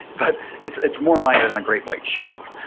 but it's it's more minor than a great white shark,